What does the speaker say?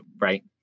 right